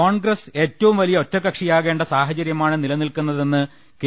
കോൺഗ്രസ് ഏറ്റവും വലിയ ഒറ്റക്കക്ഷിയാകേണ്ട സാഹചര്യമാ ണ് നിലനിൽക്കുന്നതെന്ന് കെ